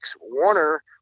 Warner